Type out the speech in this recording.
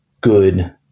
good